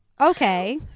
Okay